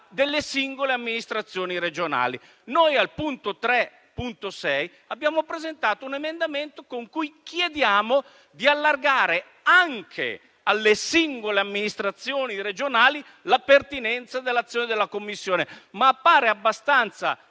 delle singole amministrazioni regionali. Noi abbiamo presentato un emendamento con cui chiediamo di allargare anche alle singole amministrazioni regionali la pertinenza dell'azione della Commissione. Ma appare abbastanza